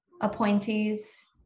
appointees